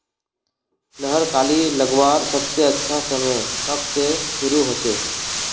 लहर कली लगवार सबसे अच्छा समय कब से शुरू होचए?